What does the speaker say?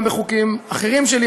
גם בחוקים אחרים שלי,